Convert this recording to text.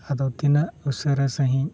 ᱟᱫᱚ ᱛᱤᱱᱟᱹᱜ ᱩᱥᱟᱹᱨᱟ ᱥᱟᱺᱦᱤᱡ